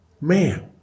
Man